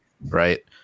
right